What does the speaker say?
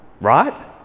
right